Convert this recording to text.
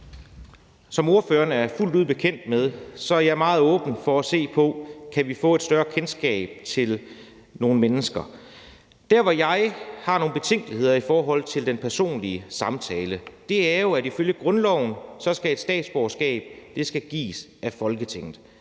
Som ordføreren er fuldt ud bekendt med, er jeg meget åben over for at se på, om vi kan få et større kendskab til de mennesker. Der, hvor jeg har nogle betænkeligheder i forhold til den personlige samtale, er jo, at ifølge grundloven skal et statsborgerskab gives af Folketinget.